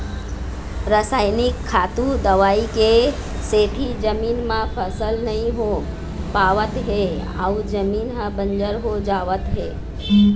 रसइनिक खातू, दवई के सेती जमीन म फसल नइ हो पावत हे अउ जमीन ह बंजर हो जावत हे